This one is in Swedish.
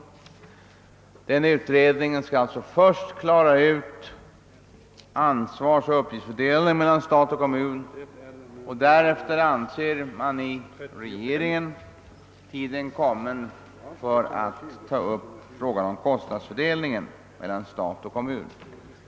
Först sedan denna utredning klargjort ansvarsoch uppgiftsfördelningen mellan stat och kommun anser regeringen tiden mogen att ta upp frågan om kostnadsfördelningen.